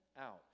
out